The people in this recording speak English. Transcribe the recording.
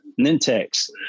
Nintex